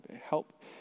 Help